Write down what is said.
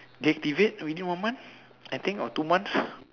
deactivate within one month I think or two months